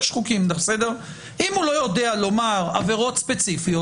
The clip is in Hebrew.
יש חוקים אם הוא לא יודע לומר עבירות ספציפיות,